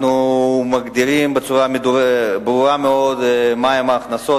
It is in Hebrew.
אנחנו מגדירים בצורה ברורה מאוד מהן ההכנסות,